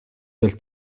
del